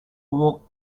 walked